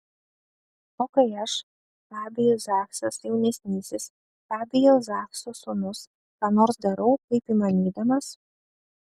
o kai aš fabijus zachsas jaunesnysis fabijaus zachso sūnus ką nors darau kaip įmanydamas